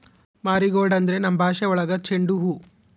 marigold ಅಂದ್ರೆ ನಮ್ ಭಾಷೆ ಒಳಗ ಚೆಂಡು ಹೂವು